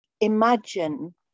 imagine